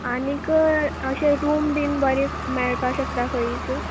आनीक अशें रूम बीन बरे मेळपाक शकता खंयीच